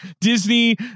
Disney